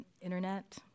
internet